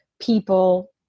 people